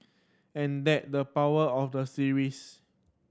and that the power of the series